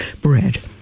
bread